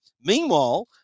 Meanwhile